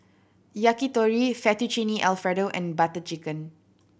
Yakitori Fettuccine Alfredo and Butter Chicken